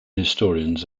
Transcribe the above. historians